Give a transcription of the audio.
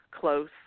close